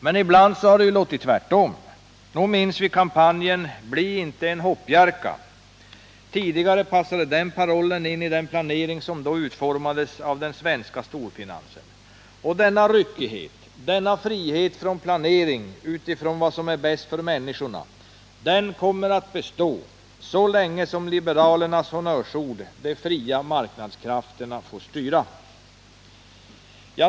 Men ibland har det låtit tvärtom. Nog minns vi kampanjen ”Bli inte en hoppjerka”. Tidigare passade den parollen in i den planering som då utformades av den svenska storfinansen. Och denna ryckighet, denna frihet från en planering utifrån vad som är bäst för människorna kommer att bestå så länge som liberalernas honnörsord ”de fria marknadskrafterna” får styra.